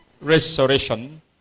restoration